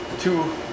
two